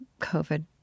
COVID